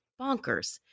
bonkers